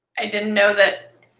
i didn't know that,